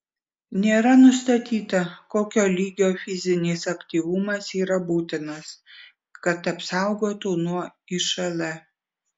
nėra nustatyta kokio lygio fizinis aktyvumas yra būtinas kad apsaugotų nuo išl